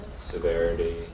severity